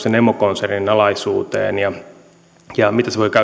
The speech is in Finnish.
emokonsernin alaisuuteen ja mitä se voi käytännössä tarkoittaa kun tässä